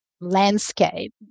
landscape